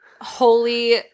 holy